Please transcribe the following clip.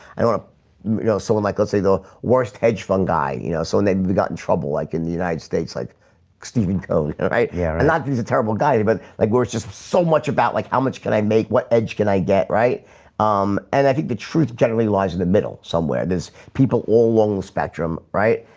i don't ah you know someone like let's say the worst hedge fund guy, you know so and they've got in trouble like in the united states like stephen code right here and that he's a terrible guy but like we're it's just so much about like how much can i make what edge? can i get right um and i think the truth generally lies in the middle somewhere there's people all along the spectrum, right?